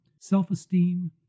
self-esteem